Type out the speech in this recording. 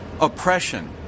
oppression